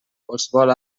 qualsevol